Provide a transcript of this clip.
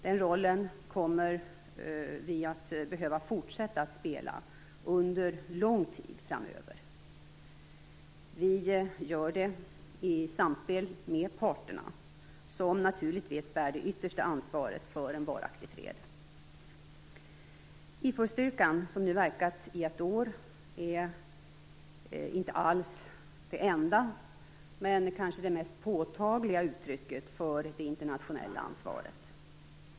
Den rollen kommer vi att behöva fortsätta att spela under lång tid framöver. Vi gör det i samspel med parterna som naturligtvis bär det yttersta ansvaret för en varaktig fred. IFOR-styrkan som nu verkat i ett år är inte alls det enda, men kanske det mest påtagliga, uttrycket för det internationella ansvaret.